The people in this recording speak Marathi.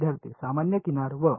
विद्यार्थीः सामान्य किनार व